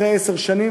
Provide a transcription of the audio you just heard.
אחרי עשר שנים,